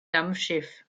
dampfschiff